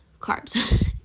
carbs